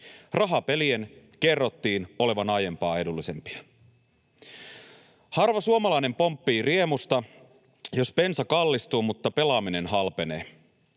Rahapelien kerrottiin olevan aiempaa edullisempia. Harva suomalainen pomppii riemusta, jos bensa kallistuu, mutta pelaaminen halpenee.